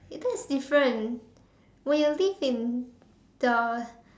that is different when you live in the